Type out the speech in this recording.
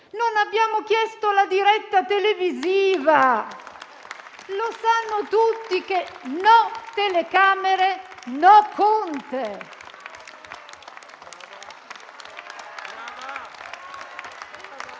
Non abbiamo chiesto la diretta televisiva. Lo sanno tutti: no telecamere, no Conte!